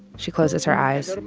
she closes her eyes.